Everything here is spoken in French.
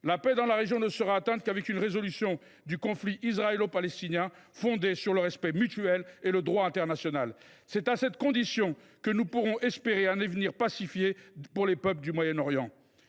la paix dans la région passera nécessairement par une résolution du conflit israélo palestinien fondée sur le respect mutuel et le droit international. C’est à cette condition que nous pourrons espérer un avenir pacifié pour les peuples du Moyen Orient.